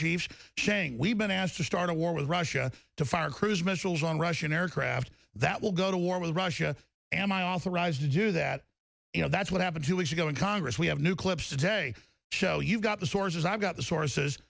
chiefs chiang we've been asked to start a war with russia to fire cruise missiles on russian aircraft that will go to war with russia am i authorized to do that you know that's what happened two weeks ago in congress we have new clips today show you've got the sources i've got the